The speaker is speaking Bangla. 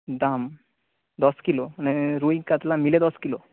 দাম দশ কিলো মানে রুই কাতলা মিলে দশ কিলো